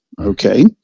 Okay